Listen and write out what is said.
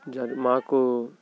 జడి మాకు